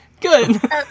Good